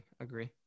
agree